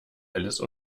alice